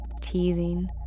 teething